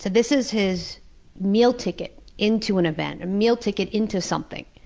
this is his meal ticket into an event, a meal ticket into something,